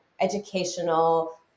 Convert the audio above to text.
educational